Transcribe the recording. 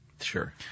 Sure